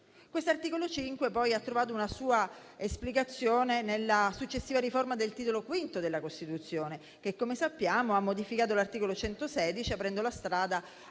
Costituzione ha poi trovato una sua esplicazione nella successiva riforma del Titolo V della Costituzione che, come sappiamo, ha modificato l'articolo 116, aprendo la strada